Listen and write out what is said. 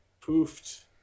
Poofed